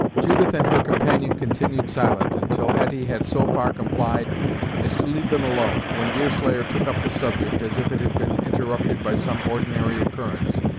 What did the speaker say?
judith and her companion continued silent, until hetty had so far complied as to leave them alone, when deerslayer took up the subject, as if it had been interrupted by some ordinary occurrence,